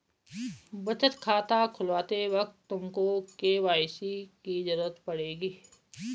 बचत खाता खुलवाते वक्त तुमको के.वाई.सी की ज़रूरत पड़ेगी